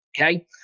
Okay